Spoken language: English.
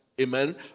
Amen